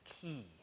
key